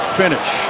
finish